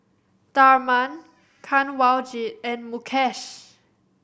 Tharman Kanwaljit and Mukesh